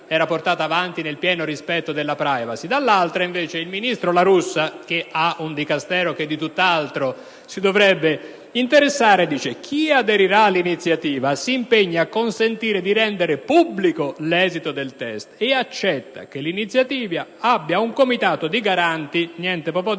dall'altra invece il ministro La Russa, il cui Dicastero di tutt'altro si dovrebbe interessare, ha detto che chi aderirà all'iniziativa si impegna a consentire di rendere pubblico l'esito del test ed accetta che l'iniziativa abbia un comitato di garanti composto,